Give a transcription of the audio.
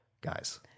guys